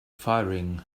firing